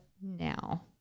now